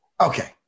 Okay